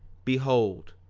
behold,